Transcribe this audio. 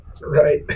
Right